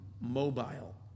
mobile